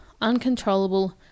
uncontrollable